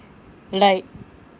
like